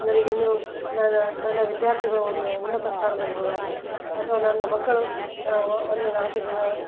ನನಗಿನ್ನೂ ನನ ನನ್ನ ವಿದ್ಯಾರ್ಥಿಗಳು ಒಂದು ಉನ್ನತ ಸ್ಥಾನದಲ್ಲಿ ಹೋದಾಗ ಅಥ್ವಾ ನನ್ನ ಮಕ್ಕಳು ಒಂದು ನಾಲ್ಕು ಜನ